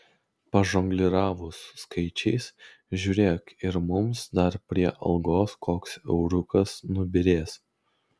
pažongliravus skaičiais žiūrėk ir mums dar prie algos koks euriukas nubyrės